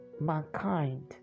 mankind